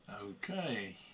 okay